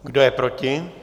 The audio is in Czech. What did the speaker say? Kdo je proti?